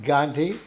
Gandhi